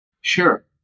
Sure